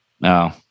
No